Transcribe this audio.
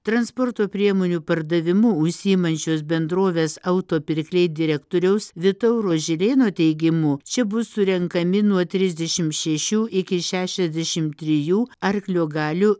transporto priemonių pardavimu užsiimančios bendrovės auto pirkliai direktoriaus vytauro žilėno teigimu čia bus surenkami nuo trisdešim šešių iki šešiasdešim trijų arklio galių